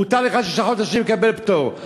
מותר לך שישה חודשים לקבל פטור.